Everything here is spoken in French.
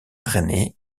drainé